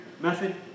method